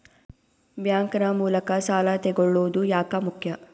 Bank ನ ಮೂಲಕ ಸಾಲ ತಗೊಳ್ಳೋದು ಯಾಕ ಮುಖ್ಯ?